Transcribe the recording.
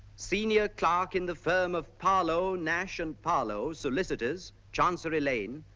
senior clerk in the firm of farlow nash and farlow solicitors, chancery lane,